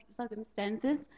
circumstances